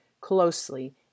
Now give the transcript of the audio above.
closely